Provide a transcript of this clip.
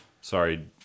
Sorry